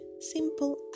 simple